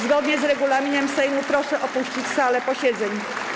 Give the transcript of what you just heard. Zgodnie z regulaminem Sejmu proszę opuścić salę posiedzeń.